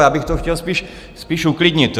Já bych to chtěl spíš uklidnit.